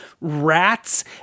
rats